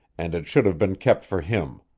and it should have been kept for him.